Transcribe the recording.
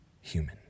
Human